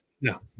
no